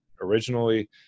Originally